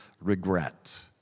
regret